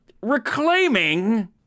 Reclaiming